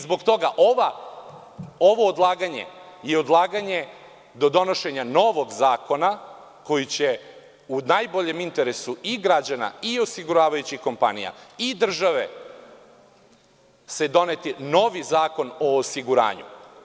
Zbog toga ovo odlaganje i odlaganje do donošenja novog zakona koji će u najboljem interesu i građana, i osiguravajućih kompanija, i države se doneti novi zakon o osiguranju.